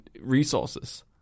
resources